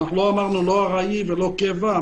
לא אמרנו לא ארעי ולא קבע.